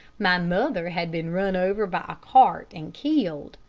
my mother had been run over by a cart and killed,